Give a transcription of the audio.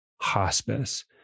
hospice